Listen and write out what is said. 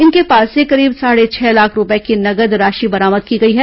इनके पास से करीब साढ़े छह लाख रूपये की नगद राशि बरामद की गई है